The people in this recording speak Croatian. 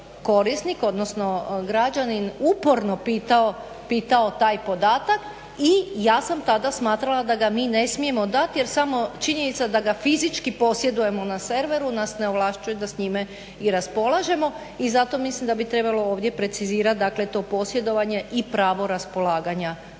korisnik odnosno građanin uporno pitao taj podatak i ja sam tada smatrala da ga ne smijemo dat, jer samo činjenica da ga fizički posjedujemo na serveru, nas ne ovlašćuje da s njime i raspolažemo i zato mislim da bi ovdje trebalo precizirati to posjedovanje i pravo raspolaganja podatkom.